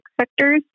sectors